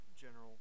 general